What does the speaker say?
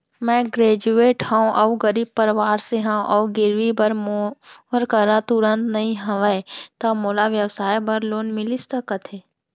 मैं ग्रेजुएट हव अऊ गरीब परवार से हव अऊ गिरवी बर मोर करा तुरंत नहीं हवय त मोला व्यवसाय बर लोन मिलिस सकथे?